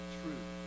truth